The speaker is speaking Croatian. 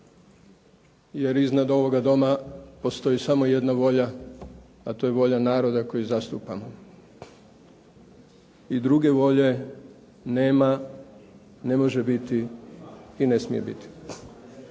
jer iznad ovoga doma postoji samo jedna volja, a to je volja naroda koji zastupamo i druge volje nema, ne može biti i ne smije biti.